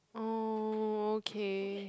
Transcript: oh okay